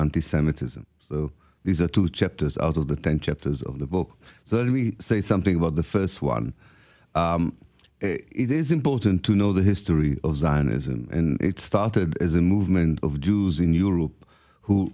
anti semitism so these are two chapters out of the ten chapters of the book so that if we say something about the first one it is important to know the history of zionism and it started as a movement of jews in europe who